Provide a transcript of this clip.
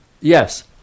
yes